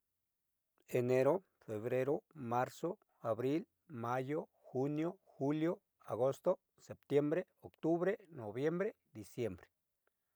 Enero, febrero, marzo, abril, mayo, junio, julio, agosto, septiembre, octubre, noviembre y diciembre.